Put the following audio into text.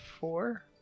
four